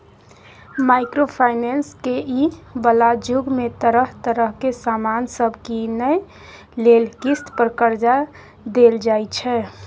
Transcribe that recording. micro finance के इ बला जुग में तरह तरह के सामान सब कीनइ लेल किस्त पर कर्जा देल जाइ छै